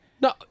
No